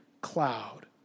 cloud